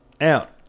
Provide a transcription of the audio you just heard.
Out